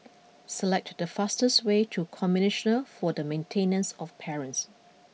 select the fastest way to Commissioner for the Maintenance of Parents